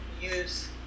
use